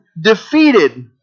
defeated